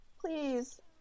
please